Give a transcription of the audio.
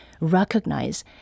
recognize